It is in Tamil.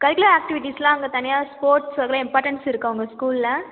கரிக்குலர் ஆக்ட்டிவிட்டீஸ்லாம் அங்கே தனியாக ஸ்போர்ட்ஸ் அதுக்குலாம் இம்பார்ட்டன்ஸ் இருக்கா உங்கள் ஸ்கூலில்